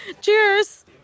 Cheers